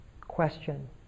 question